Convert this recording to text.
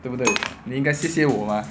对不对你应该谢谢我啊